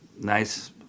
nice